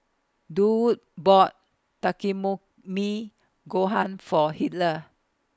Durwood bought Takikomi Gohan For Heather